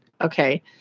okay